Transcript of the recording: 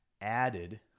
added